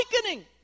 awakening